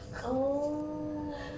orh